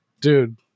Dude